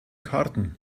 karten